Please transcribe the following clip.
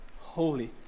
Holy